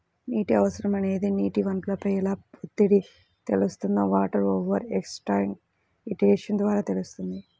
నీటి అవసరం అనేది నీటి వనరులపై ఎలా ఒత్తిడి తెస్తుందో వాటర్ ఓవర్ ఎక్స్ప్లాయిటేషన్ ద్వారా తెలుస్తుంది